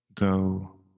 go